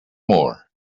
more